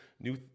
new